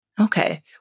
Okay